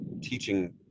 teaching